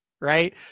right